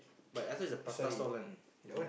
but is the prata stall one is the